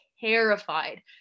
terrified